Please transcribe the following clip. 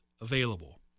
available